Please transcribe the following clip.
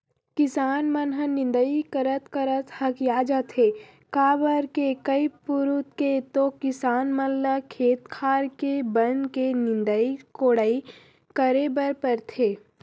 किसान मन ह निंदई करत करत हकिया जाथे काबर के कई पुरूत के तो किसान मन ल खेत खार के बन के निंदई कोड़ई करे बर परथे